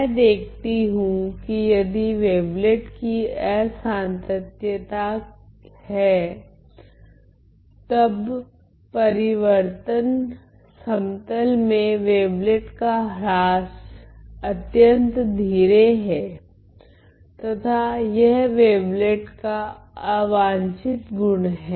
मैं देखती हूँ कि यदि वेवलेट कि असांतत्यताएँ है तब परिवर्तन समतल में वेवलेट का ह्रास अत्यंत धीरे है तथा यह वेवलेट का अवांछित गुण हैं